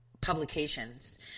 publications